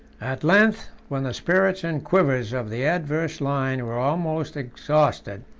at length, when the spirits and quivers of the adverse line were almost exhausted,